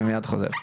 אני מיד חוזר.